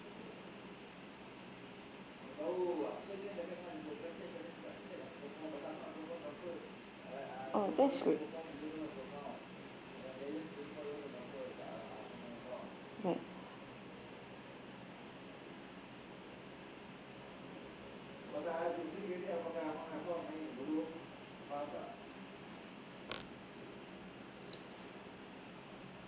oh that's good mm